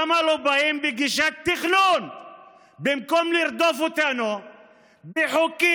למה לא באים בגישת תכנון במקום לרדוף אותנו בחוקים